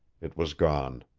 it was gone.